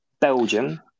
Belgium